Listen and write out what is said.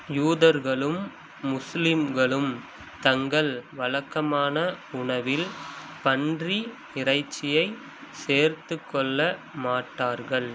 யூதர்களும் முஸ்லீம்களும் தங்கள் வழக்கமான உணவில் பன்றி இறைச்சியை சேர்த்துக்கொள்ள மாட்டார்கள்